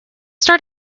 start